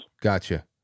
gotcha